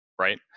right